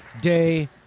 day